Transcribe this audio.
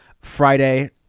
Friday